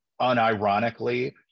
unironically